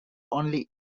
only